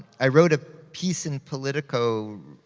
i wrote a piece in politico